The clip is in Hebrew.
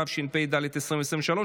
התשפ"ד 2023,